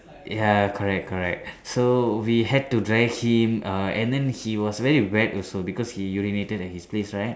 ya correct correct so we had to drag him err and then he was very wet also because he urinated at his place right